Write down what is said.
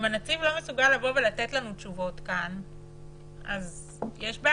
אם הנציב לא מסוגל לבוא ולתת לנו תשובות יש בעיה.